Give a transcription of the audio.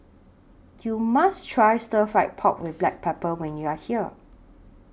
YOU must Try Stir Fried Pork with Black Pepper when YOU Are here